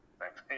Thanks